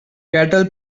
cattle